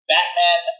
Batman